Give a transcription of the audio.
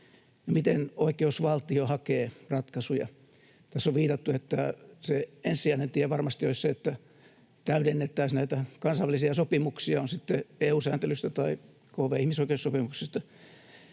miten oikeusvaltio hakee ratkaisuja? Tässä on viitattu, että se ensisijainen tie varmasti olisi, että täydennettäisiin näitä kansainvälisiä sopimuksia, ovat ne sitten EU-sääntelyä tai kv-ihmisoikeussopimuksia,